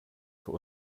für